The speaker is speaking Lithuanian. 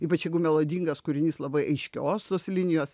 ypač jeigu melodingas kūrinys labai aiškios tos linijos